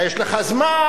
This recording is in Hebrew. יש לך זמן,